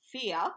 fear